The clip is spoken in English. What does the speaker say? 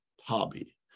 hobby